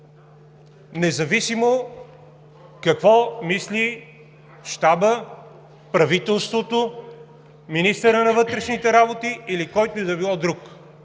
независимо какво мисли Щабът, правителството, министърът на вътрешните работи или който и да било друг.